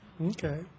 okay